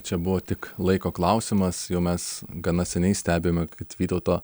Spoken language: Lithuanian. čia buvo tik laiko klausimas jau mes gana seniai stebime kad vytauto